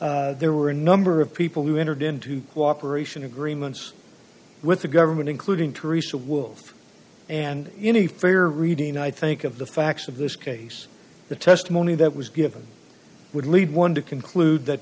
there were a number of people who entered into cooperation agreements with the government including teresa wolf and any fair reading i think of the facts of this case the testimony that was given would lead one to conclude that